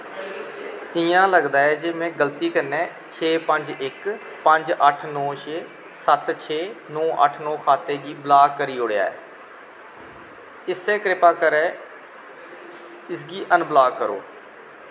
इ'यां लगदा ऐ जे मैं गलती कन्नै छे पंज इक पंज अट्ठ नौ छे सत्त छे नौ अट्ठ नौ खाते गी ब्लाक करी ओड़ेआ ऐ इस्से कृपा करियै इसगी अनब्लाक करो